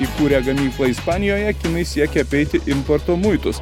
įkūrę gamyklą ispanijoje kinai siekia apeiti importo muitus